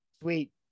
Sweet